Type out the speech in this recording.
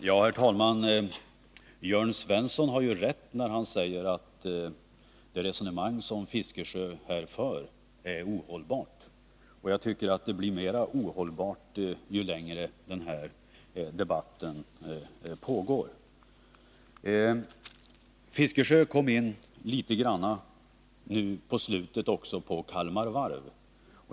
Herr talman! Jörn Svensson har ju rätt när han säger att det resonemang som Bertil Fiskesjö här för är ohållbart, och jag tycker att det blir mera ohållbart ju längre den här debatten pågår. Bertil Fiskesjö kom in litet grand nu på slutet också på Kalmar Varv.